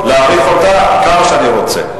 להאריך אותה כמה שאני רוצה.